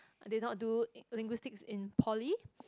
I did not do in linguistics in poly